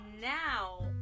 now